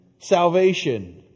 salvation